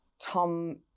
Tom